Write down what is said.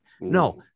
No